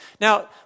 Now